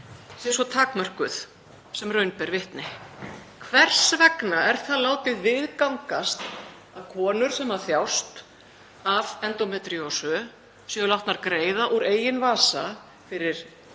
sé svo takmörkuð sem raun ber vitni? Hvers vegna er það látið viðgangast að konur sem þjást af endómetríósu séu látnar greiða úr eigin vasa fyrir